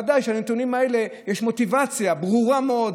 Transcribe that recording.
ודאי שבנתונים האלה יש מוטיבציה ברורה מאוד